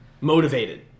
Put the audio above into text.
Motivated